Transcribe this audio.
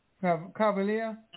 Cavalier